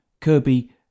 Kirby